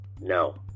no